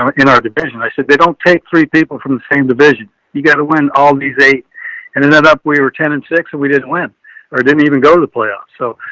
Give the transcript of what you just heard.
um in our division. i said, they don't take three people from the same division. you got to win all these eight and ended up, we were ten and six, so and we didn't win or didn't even go to the playoffs. so,